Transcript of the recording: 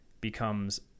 becomes